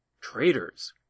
traitors